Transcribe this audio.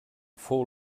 fou